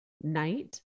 night